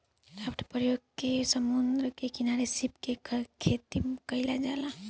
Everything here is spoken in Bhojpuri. राफ्ट के प्रयोग क के समुंद्र के किनारे सीप के खेतीम कईल जाला